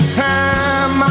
time